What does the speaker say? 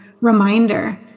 reminder